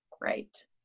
great